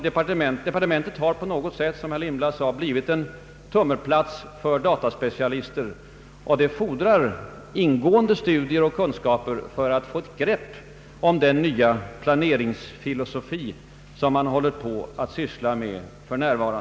Departementet har, som herr Lindblad sade, blivit ”en tummelplats” för dataspecialister. Det fordras ingående studier och kunskaper för att få ett grepp om den nya planeringsfilosofi som man för närvarande sysslar med.